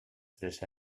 tres